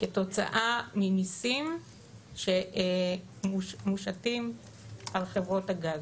כתוצאה ממסים שמושתים על חברות הגז.